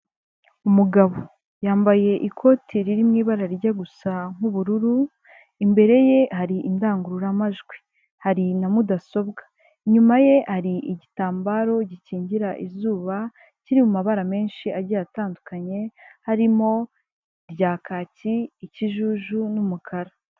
Umugabo yambaye ikoti riri mu ibara rijya gusa nk'ubururu imbere ye hari indangururamajwi hari na mudasobwa, inyuma ye hari igitambaro gikingira izuba kiri mu mabara menshi agiye atandukanye harimo irya kaki, ikijuju n'umukara.